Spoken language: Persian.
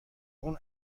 اون